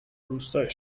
روستای